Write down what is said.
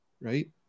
right